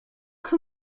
can